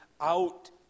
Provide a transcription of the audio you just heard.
out